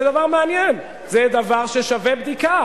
זה דבר מעניין, זה דבר ששווה בדיקה.